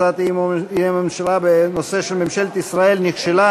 הצעת אי-אמון בממשלה בנושא: ממשלת ישראל נכשלת